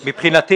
תפסיק.